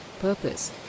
Purpose